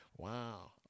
Wow